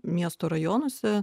miesto rajonuose